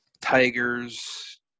Tigers